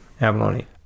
abalone